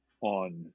on